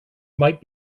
might